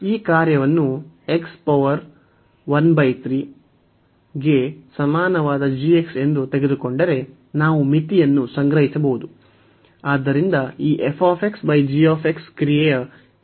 ಈ ಕಾರ್ಯವನ್ನು ಗೆ ಸಮಾನವಾದ ಎಂದು ತೆಗೆದುಕೊಂಡರೆ ನಾವು ಮಿತಿಯನ್ನು ಸಂಗ್ರಹಿಸಬಹುದು